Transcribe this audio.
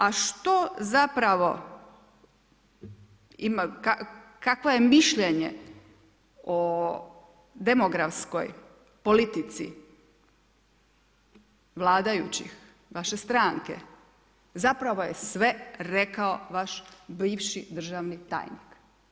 A što zapravo ima, kakvo je mišljenje o demografskoj politici vladajućih, vaše stranke, zapravo je sve rekao vaš bivši državni tajnik.